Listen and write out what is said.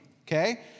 okay